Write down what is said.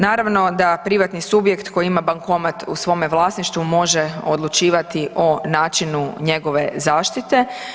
Naravno da privatni subjekt koji ima bankomat u svome vlasništvu može odlučivati o načinu njegove zaštite.